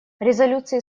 резолюции